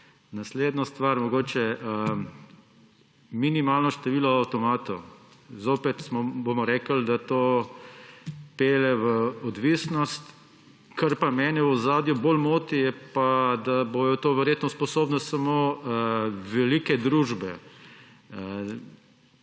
Naslednja stvar, minimalno število avtomatov. Zopet bomo rekli, da to pelje v odvisnost, kar pa mene v ozadju bolj moti, je, da bodo tega verjetno sposobne samo velike družbe,